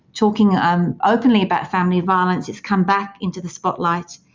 talking um openly about family violence, it's come back into the spotlight.